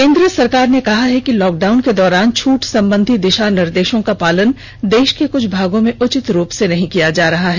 केन्द्र सरकार ने कहा है कि लॉकडाउन के दौरान छूट संबंधी दिशा निर्देशों का पालन देश के कुछ भागों में उचित रूप से नहीं किया जा रहा है